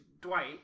Dwight